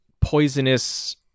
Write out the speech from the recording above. poisonous